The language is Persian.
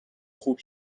خوب